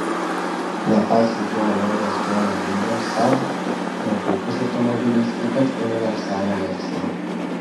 nepaisant jo alergijos kelio vingiams saab yra puikus automobilis ypač universalo versija